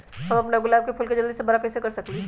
हम अपना गुलाब के फूल के जल्दी से बारा कईसे कर सकिंले?